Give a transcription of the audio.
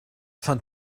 fand